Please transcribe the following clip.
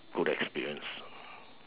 good experience